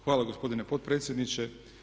Hvala gospodine potpredsjedniče.